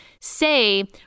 say